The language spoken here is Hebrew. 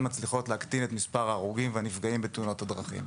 מצליחות להקטין את מספר ההרוגים והנפגעים בתאונות הדרכים.